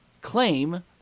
claim